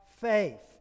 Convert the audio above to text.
faith